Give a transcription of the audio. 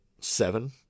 seven